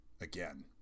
again